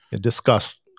discussed